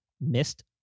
missed